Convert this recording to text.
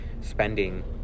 spending